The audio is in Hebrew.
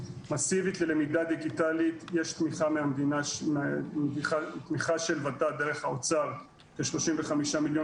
מסיבית ללמידה דיגיטלית יש תמיכה של ות"ת דרך האוצר כ-35 מיליון